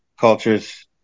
cultures